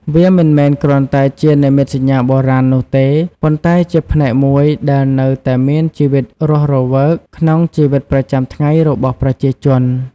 វាមិនមែនគ្រាន់តែជានិមិត្តសញ្ញាបុរាណនោះទេ ប៉ុន្តែជាផ្នែកមួយដែលនៅតែមានជីវិតរស់រវើកក្នុងជីវិតប្រចាំថ្ងៃរបស់ប្រជាជន។